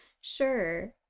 sure